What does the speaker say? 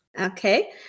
Okay